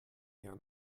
eher